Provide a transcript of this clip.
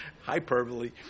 Hyperbole